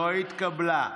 התקבלה.